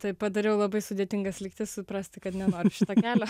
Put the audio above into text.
tai padariau labai sudėtingas lygtis suprasti kad nenoriu šito kelio